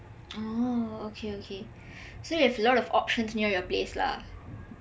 orh okay okay so you have alot of options near your place lah